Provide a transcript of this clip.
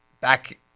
back